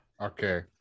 Okay